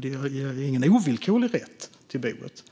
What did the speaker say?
det är ingen ovillkorlig rätt till boet.